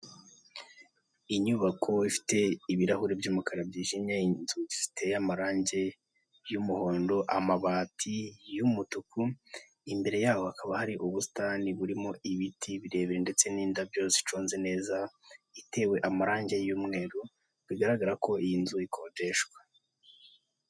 Inyubako ifite ibirahuri by'umukara byijimye, inzu ziteye amarangi y'umuhondo, amabati y'umutuku imbere yaho hakaba hari ubusitani burimo ibiti birebire ndetse n'indabyo ziconze neza itewe amarangi y'umweru bigaragara ko iyi nzu ikodeshwa.